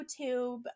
YouTube